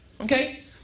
okay